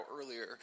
earlier